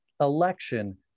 election